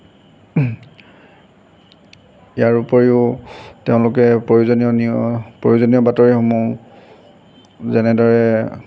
ইয়াৰ ওপৰিও তেওঁলোকে প্ৰয়োজনীয় প্ৰয়োজনীয় বাতৰিসমূহ যেনেদৰে